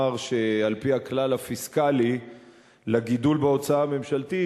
שעל-פי הכלל הפיסקלי לגידול בהוצאה הממשלתית,